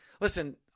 listen